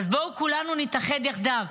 אז בואו נתאחד כולנו יחדיו.